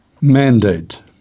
Mandate